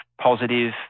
positive